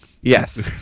yes